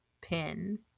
pin